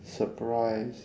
surprise